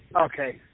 okay